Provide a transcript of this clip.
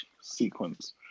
sequence